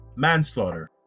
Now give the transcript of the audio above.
Manslaughter